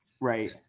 right